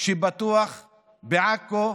שפתוח בעכו,